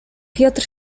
piotr